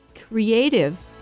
creative